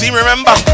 remember